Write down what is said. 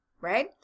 Right